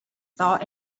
thought